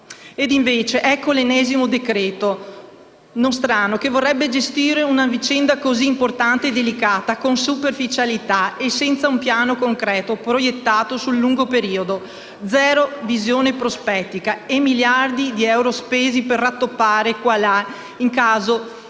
E invece ecco l'ennesimo decreto-legge nostrano, che vorrebbe gestire una vicenda così importante e delicata con superficialità e senza un piano concreto proiettato sul lungo periodo. Zero visione prospettica e miliardi di euro spesi per rattoppare qua e là, in caso di